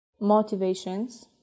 motivations